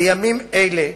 בימים אלה,